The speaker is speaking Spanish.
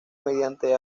mediante